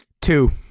two